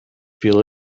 feel